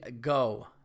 go